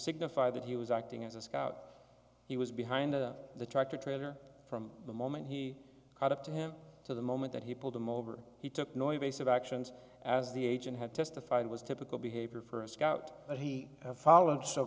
signify that he was acting as a scout he was behind the tractor trailer from the moment he caught up to him to the moment that he pulled them over he took neuer base of actions as the agent had testified it was typical behavior for a scout that he followed so